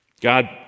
God